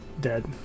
Dead